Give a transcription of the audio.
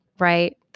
Right